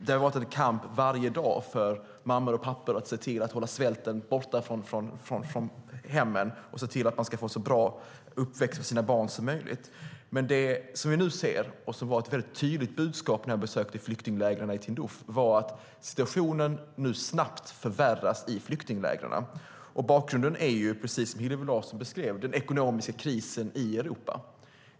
Det har varit en kamp varje dag för mammor och pappor att hålla svälten borta från hemmen och för att barnen ska få en så bra uppväxt som möjligt. Det vi nu ser, och som var ett tydligt budskap när jag besökte flyktinglägren i Tindouf, är att situationen snabbt förvärras i flyktinglägren. Bakgrunden är precis som Hillevi Larsson beskrev, nämligen den ekonomiska krisen i Europa.